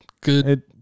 good